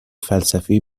فلسفهای